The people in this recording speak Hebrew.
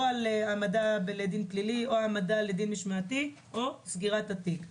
העמדה לדין פלילי או העמדה לדין משמעתי או סגירת התיק.